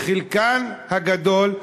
בחלקם הגדול,